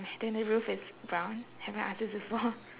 then the roof is brown have I asked this before